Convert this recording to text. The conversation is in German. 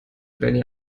benny